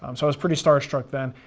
um so i was pretty starstruck then.